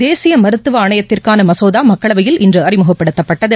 தேசியமருத்துவஆணையத்திற்கானமசோதாமக்களவையில் இன்றுஅறிமுகப்படுத்தப்பட்டது